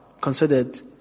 considered